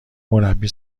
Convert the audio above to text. مربی